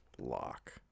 lock